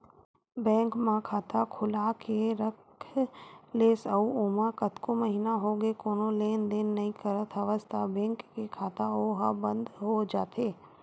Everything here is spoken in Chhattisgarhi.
बेंक म खाता खोलाके के रख लेस अउ ओमा कतको महिना होगे कोनो लेन देन नइ करत हवस त बेंक के खाता ओहा बंद हो जाथे